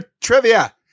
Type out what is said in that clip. trivia